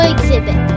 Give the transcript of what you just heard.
Exhibit